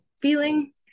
feeling